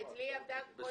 אצלי היא עבדה כל השנה.